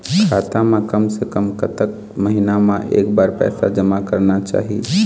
खाता मा कम से कम कतक महीना मा एक बार पैसा जमा करना चाही?